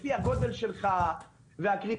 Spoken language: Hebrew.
לפי הגודל שלך והקריטריונים,